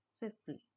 swiftly